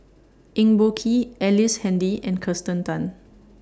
Eng Boh Kee Ellice Handy and Kirsten Tan